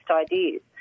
ideas